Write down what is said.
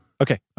Okay